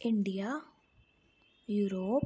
India Europe